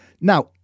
Now